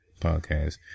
podcast